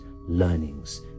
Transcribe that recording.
learnings